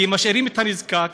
כי משאירים את הנזקק,